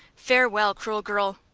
farewell, cruel girl.